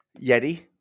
Yeti